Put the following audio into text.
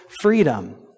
freedom